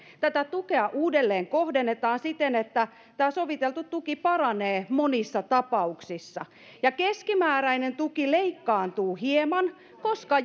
tätä tukea uudelleenkohdennetaan siten että tämä soviteltu tuki paranee monissa tapauksissa ja keskimääräinen tuki leikkaantuu hieman koska